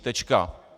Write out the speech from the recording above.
Tečka.